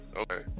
okay